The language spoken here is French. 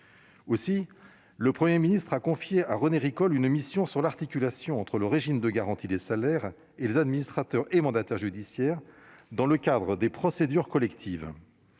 Aussi, le Premier ministre a confié à René Ricol une mission sur l'articulation entre le régime de garantie des salaires et le rôle des administrateurs et mandataires judiciaires dans le cadre des procédures collectives.